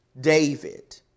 David